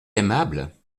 aimable